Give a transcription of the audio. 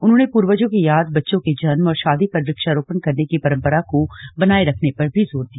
उन्होंने पूर्वजों की याद बच्चों के जन्म और शादी पर वृक्षारोपण करने की पंरपरा को बनाये रखने पर जोर दिया